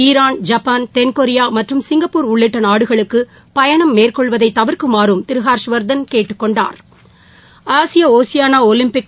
Iran Japan தென்கொரியா மற்றும் Singapore உள்ளிட்ட நாடுகளுக்கு பயணம் மேற்கொள்வதை தவிர்க்குமாறும் திரு ஹர்ஷ்வர்த்தன் கேட்டுக்கொண்டாா்